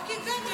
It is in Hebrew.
רק הגעתי.